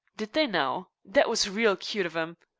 did they now? that was real cute of em.